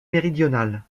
méridionale